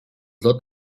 dot